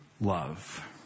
love